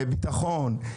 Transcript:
ביטחון.